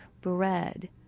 bread